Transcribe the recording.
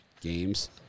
games